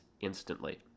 instantly